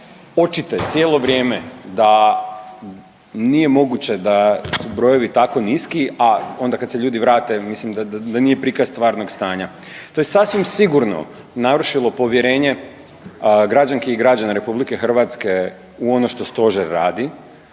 očite cijelo vrijeme da nije moguće da su brojevi tako niski, a onda kad se ljudi vrate, mislim, da nije prikaz stvarnog stanja. To je sasvim sigurno narušilo povjerenje građanki i građana RH u ono što Stožer radi